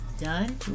done